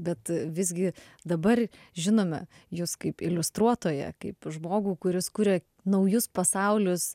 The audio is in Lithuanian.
bet visgi dabar žinome jus kaip iliustruotoją kaip žmogų kuris kuria naujus pasaulius